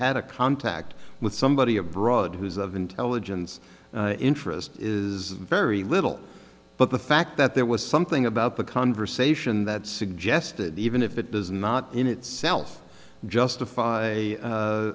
had a contact with somebody abroad who's of intelligence interest is very little but the fact that there was something about the conversation that suggested even if it does not in itself justify